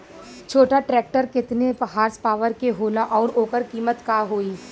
छोटा ट्रेक्टर केतने हॉर्सपावर के होला और ओकर कीमत का होई?